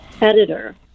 editor